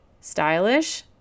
stylish